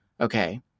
okay